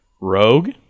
Rogue